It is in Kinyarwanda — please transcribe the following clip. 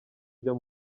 ryo